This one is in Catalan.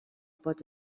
pot